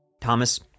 Thomas